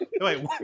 wait